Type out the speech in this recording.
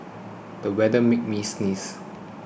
the weather made me sneeze